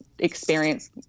experience